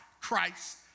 Christ